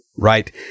Right